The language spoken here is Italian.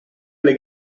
alle